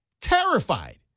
terrified